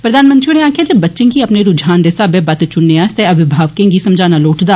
प्रधानमंत्री होरें आक्खेआ जे बच्चें गी अपने रुझान दे सहाबे बत्त चुनने आस्तै अविभावकें गी समझाना लोड़चदा